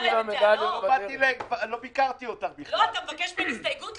אתה מבקש ממני הסתייגות?